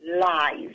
lies